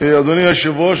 אדוני היושב-ראש,